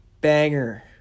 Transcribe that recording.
banger